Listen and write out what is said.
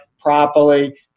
properly